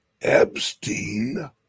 Epstein